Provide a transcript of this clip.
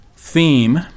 Theme